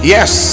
Yes